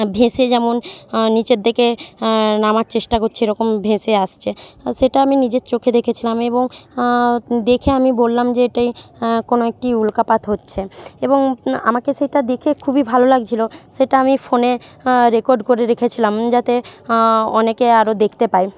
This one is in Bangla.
ভেসে যেমন নিচের দিকে নামার চেষ্টা করছে এরকম ভেসে আসছে সেটা আমি নিজের চোখে দেখেছিলাম এবং দেখে আমি বললাম যে এটি কোনো একটি উল্কাপাত হচ্ছে এবং আমাকে সেটা দেখে খুবই ভালো লাগছিল সেটা আমি ফোনে রেকর্ড করে রেখেছিলাম যাতে অনেকে আরও দেখতে পায়